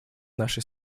нашей